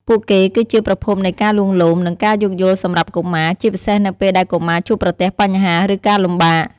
ពួកគេគឺជាប្រភពនៃការលួងលោម និងការយោគយល់សម្រាប់កុមារ ជាពិសេសនៅពេលដែលកុមារជួបប្រទះបញ្ហា ឬការលំបាក។